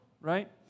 right